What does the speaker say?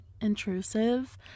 intrusive